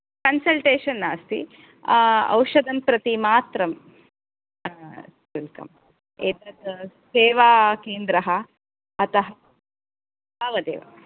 consultation नास्ति औषधं प्रति मात्रं एतत् सेवाकेन्द्रः अतः तावदेव